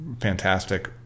fantastic